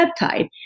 peptide